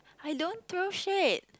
I don't throw shit